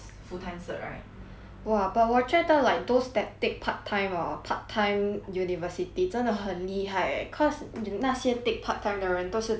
!wah! but 我觉得 like those that take part time orh part time university 真的很厉害 eh cause 那些 take part time 的人都是白天要上班 then